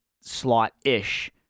slot-ish